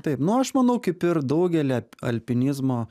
taip nu aš manau kaip ir daugelį alpinizmo